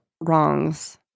wrongs